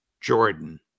Jordan